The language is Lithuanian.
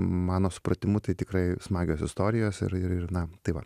mano supratimu tai tikrai smagios istorijos ir ir ir na tai va